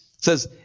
says